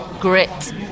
Grit